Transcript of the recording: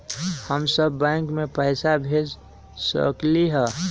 हम सब बैंक में पैसा भेज सकली ह?